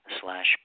slash